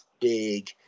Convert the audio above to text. big